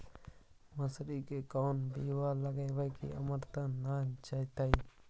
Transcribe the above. मसुरी के कोन बियाह लगइबै की अमरता न जलमतइ?